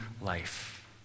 life